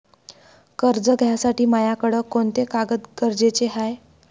कर्ज घ्यासाठी मायाकडं कोंते कागद गरजेचे हाय?